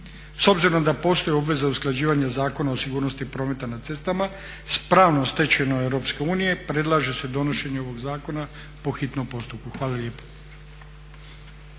S obzirom da postoji obveza usklađivanja Zakona o sigurnosti prometa na cestama s pravnom stečevinom Europske unije predlaže se donošenje ovog zakona po hitnom postupku. Hvala lijepo.